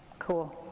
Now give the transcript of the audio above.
cool.